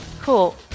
cool